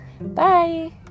Bye